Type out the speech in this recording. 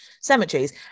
cemeteries